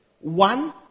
one